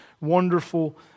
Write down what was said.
wonderful